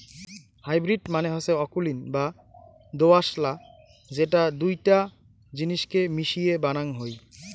hybrid মানে হসে অকুলীন বা দোআঁশলা যেটা দুইটা জিনিসকে মিশিয়ে বানাং হই